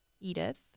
Edith